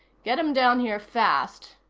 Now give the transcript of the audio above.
get em down here fast.